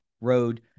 road